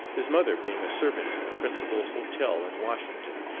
his mother being a servant in the principal hotel in washington,